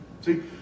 See